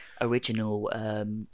original